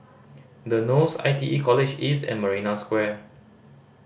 The Knolls I T E College East and Marina Square